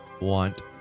want